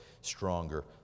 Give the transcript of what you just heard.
stronger